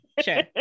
sure